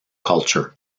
culture